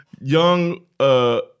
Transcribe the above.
young